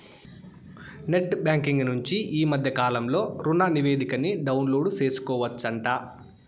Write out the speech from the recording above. net banking నుంచి ఈ మద్దె కాలంలో రుణనివేదికని డౌన్లోడు సేసుకోవచ్చంట